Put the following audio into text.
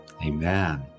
Amen